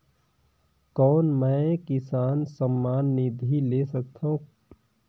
कौन मै किसान सम्मान निधि ले सकथौं?